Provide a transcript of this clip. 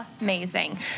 amazing